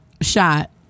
shot